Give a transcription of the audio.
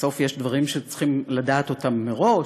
בסוף יש דברים שצריכים לדעת אותם מראש: